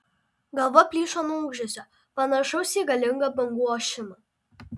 galva plyšo nuo ūžesio panašaus į galingą bangų ošimą